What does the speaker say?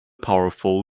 powerful